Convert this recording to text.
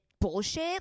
bullshit